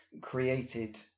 created